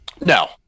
No